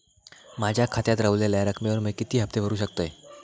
माझ्या खात्यात रव्हलेल्या रकमेवर मी किती हफ्ते भरू शकतय?